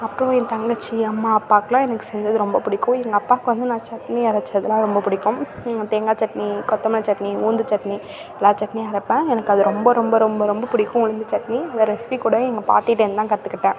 அப்புறோம் என் தங்கச்சி அம்மா அப்பாக்கெலாம் எனக்கு செஞ்சது ரொம்ப பிடிக்கும் எங்கள் அப்பாவுக்கு வந்து நான் சட்னி அரைச்சதுலாம் ரொம்ப பிடிக்கும் தேங்காய் சட்னி கொத்தமல்லி சட்னி உளுந்து சட்னி எல்லா சட்னியும் அரைப்பேன் எனக்கு அது ரொம்ப ரொம்ப ரொம்ப ரொம்ப பிடிக்கும் உளுந்து சட்னி இந்த ரெசிபி கூட எங்க பாட்டிகிட்ட இருந்து தான் கற்றுக்கிட்டேன்